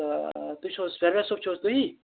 تہٕ تُہۍ چھِو حظ پرویز صٲب چھِو حظ تُہی